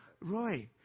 Roy